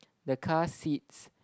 the car seats